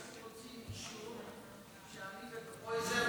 אנחנו רוצים אישור שאני וקרויזר,